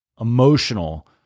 emotional